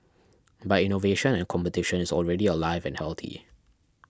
but innovation and competition is already alive and healthy